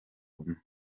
ngoma